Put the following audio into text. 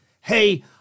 hey